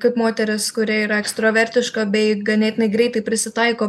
kaip moteris kuri yra ekstravertiška bei ganėtinai greitai prisitaiko